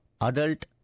adult